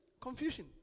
confusion